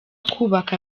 kubaka